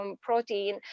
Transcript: protein